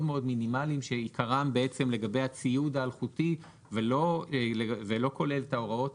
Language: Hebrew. מאוד מינימאליים שעיקרם בעצם לגבי הציוד האלחוטי ולא כולל את ההוראות